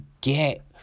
get